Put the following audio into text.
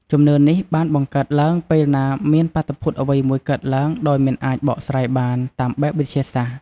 ជំនឿនេះបានបង្កើតឡើងពេលណាមានបាតុភូតអ្វីមួយកើតឡើងដោយមិនអាចបកស្រាយបានតាមបែបវិទ្យាសាស្ត្រ។